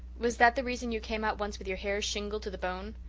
was that the reason you came out once with your hair shingled to the bone?